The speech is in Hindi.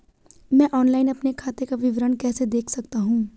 मैं ऑनलाइन अपने खाते का विवरण कैसे देख सकता हूँ?